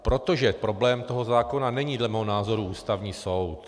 Protože problém toho zákona není dle mého názoru Ústavní soud.